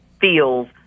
feels